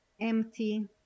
empty